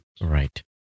Right